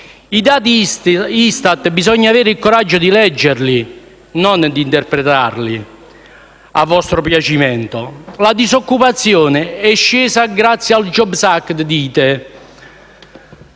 I dati ISTAT bisogna avere il coraggio di leggerli, non di interpretarli a vostro piacimento. Dite che la disoccupazione è scesa grazie al *jobs act* e